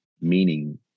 meaning